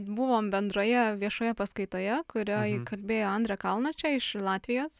buvom bendroje viešoje paskaitoje kurioj kalbėjo andra kalnača iš latvijos